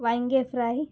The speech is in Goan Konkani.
वांगें फ्राय